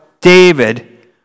David